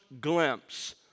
glimpse